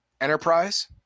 Enterprise